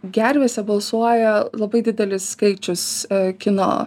gervėse balsuoja labai didelis skaičius kino